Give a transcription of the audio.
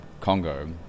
Congo